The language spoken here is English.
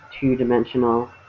two-dimensional